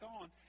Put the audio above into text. on